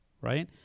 right